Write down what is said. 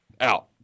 Out